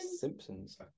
Simpsons